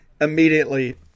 immediately